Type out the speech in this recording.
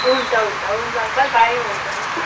हुन्छ हुन्छ हुन्छ अङ्कल बाई हुन्छ हुन्छ